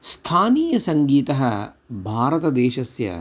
स्थानीयः सङ्गीतः भारतदेशस्य